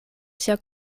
sia